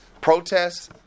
protests